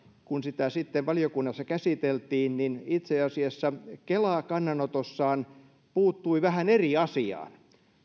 kun sitä sitten valiokunnassa käsiteltiin niin itse asiassa kela kannanotossaan puuttui vähän eri asiaan